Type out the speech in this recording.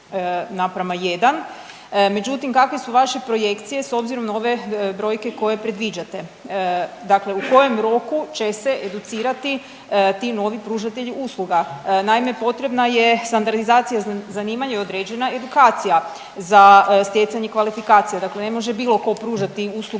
naprema 1. Međutim, kakve su vaše projekcije s obzirom na ove brojke koje predviđate. Dakle, u kojem roku će se educirati ti novi pružatelji usluga. Naime, potrebna je standardizacija zanimanja i određena edukacija za stjecanje kvalifikacije, dakle ne može bilo tko pružati uslugu